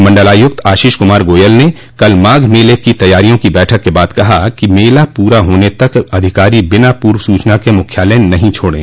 मंडलायुक्त आशीष कुमार गोयल ने कल माघ मेले की तैयारियों की बैठक के बाद कहा कि मेला पूरा होने तक अधिकारी बिना पूर्व सूचना के मुख्यालय नहीं छोड़ें